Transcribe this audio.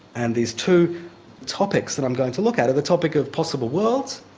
and these two topics that i'm going to look at are the topic of possible worlds,